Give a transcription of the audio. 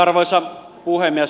arvoisa puhemies